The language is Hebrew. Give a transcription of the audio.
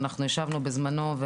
ישבנו בזמנו,